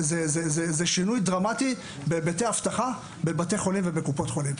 זה שינוי דרמטי בהיבטי האבטחה בבתי חולים ובקופות חולים.